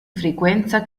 frequenza